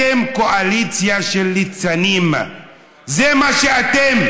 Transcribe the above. אתם קואליציה של ליצנים, זה מה שאתם.